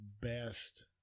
best